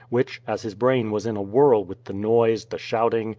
which, as his brain was in a whirl with the noise the shouting,